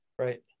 Right